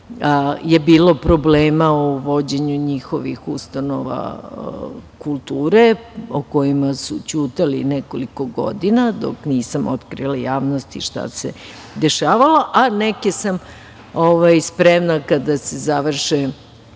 je bilo problema u vođenju njihovih ustanova kulture, o kojima su ćutali nekoliko godina, dok nisam otkrila javnosti šta se dešavalo, a neke sam spremna kada se završe